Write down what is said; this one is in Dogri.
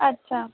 अच्छा